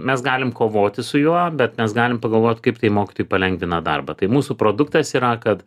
mes galim kovoti su juo bet mes galim pagalvot kaip tai mokytojui palengvina darbą tai mūsų produktas yra kad